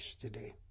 today